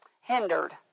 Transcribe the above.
hindered